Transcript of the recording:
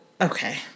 Okay